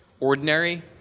ordinary